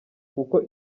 kuko